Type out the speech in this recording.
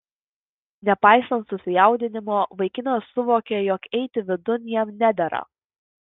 nepaisant susijaudinimo vaikinas suvokė jog eiti vidun jam nedera